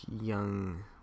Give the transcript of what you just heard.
young